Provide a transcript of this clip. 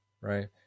right